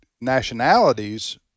nationalities